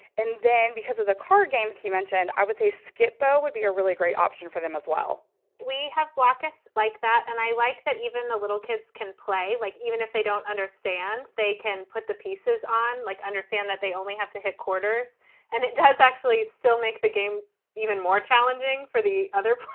and then because of the card games he mentioned. i would say skip bo would be a really great option for them as well we have glaucus like that and i like that even the little kids can play like even if they don't understand, they can put the pieces on. like, understand that they only have to headquarters and it does actually still make the game even more challenging for the other.